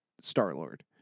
Star-Lord